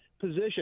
position